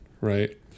right